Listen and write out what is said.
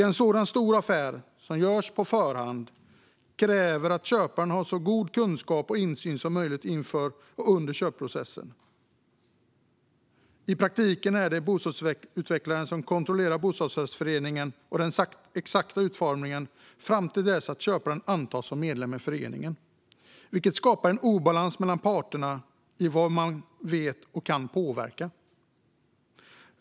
En sådan stor affär som görs på förhand kräver att köparen har så god kunskap och insyn som möjligt inför och under köpprocessen. I praktiken är det bostadsutvecklaren som kontrollerar bostadsrättsföreningen och den exakta utformningen fram till att köparen antas som medlem i föreningen. Detta skapar en obalans mellan parterna om vad man vet och kan påverka.